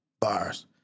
Bars